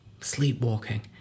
sleepwalking